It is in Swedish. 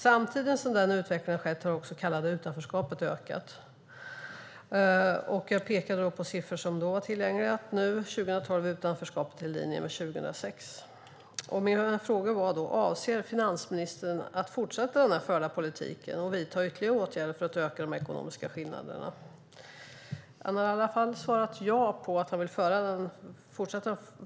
Samtidigt som denna utveckling skett har det så kallade utanförskapet ökat. Jag pekade på siffror som då var tillgängliga. Nu, 2012, är utanförskapet i linje med 2006. Jag frågade: Avser finansministern att fortsätta den förda politiken och vidta ytterligare åtgärder för att öka de ekonomiska skillnaderna? Finansministern har svarat att han vill fortsätta den förda politiken.